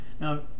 Now